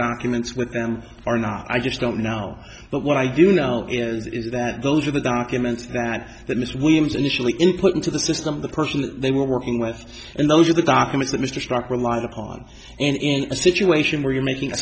documents with them are not i just don't know but what i do know is that those are the documents that that mr williams initially input into the system the person they were working with and those are the documents that mr struck relied upon in a situation where you're making a